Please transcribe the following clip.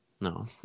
no